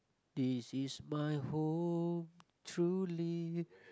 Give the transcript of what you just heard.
this is my home truly